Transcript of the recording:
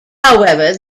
however